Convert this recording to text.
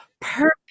perfect